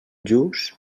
lluç